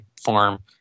farm